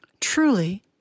Truly